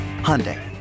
Hyundai